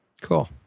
Cool